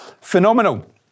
phenomenal